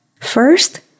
First